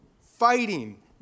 fighting